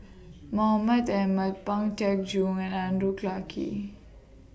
Mahmud Ahmad Pang Teck Joon and Andrew Clarke